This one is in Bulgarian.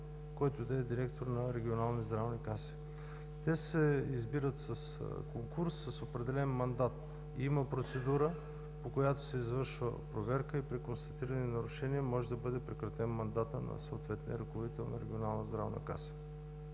който и да е директор на регионални здравни каси. Те се избират с конкурс, с определен мандат и има процедура, по която се извършва проверка и при констатирани нарушения може да бъде прекратен мандатът на съответния ръководител на регионална здравна каса.